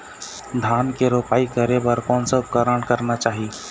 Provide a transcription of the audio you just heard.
धान के रोपाई करे बर कोन सा उपकरण करना चाही?